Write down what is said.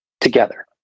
together